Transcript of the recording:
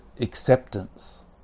acceptance